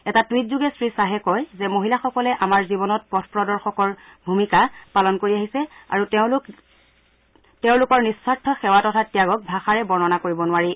এটা টুইট যোগে শ্ৰীখাহে কয় যে মহিলাসকলে আমাৰ জীৱনত পথ প্ৰদৰ্শকৰ ভূমিকা পালন কৰি আহিছে আৰু তেওঁলোক নিস্বাৰ্থ সেৱা তথা ত্যাগক ভাষাৰে বৰ্ণনা কৰিব নোৱাৰি